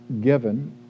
given